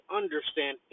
understand